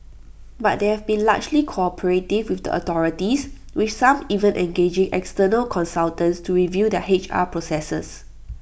but they have been largely cooperative with the authorities with some even engaging external consultants to review their H R processes